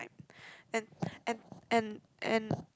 and and and and